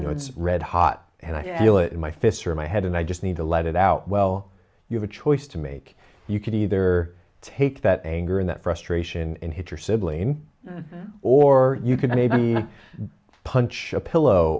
you know it's red hot and i feel it in my fists or my head and i just need to let it out well you have a choice to make you can either take that anger and that frustration and hit your sibling or you can maybe punch a pillow